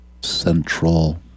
Central